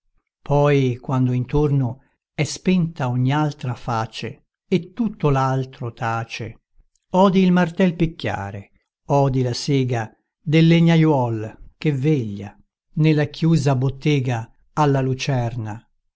poi quando intorno è spenta ogni altra face e tutto l'altro tace odi il martel picchiare odi la sega del legnaiuol che veglia nella chiusa bottega alla lucerna